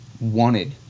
wanted